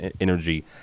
energy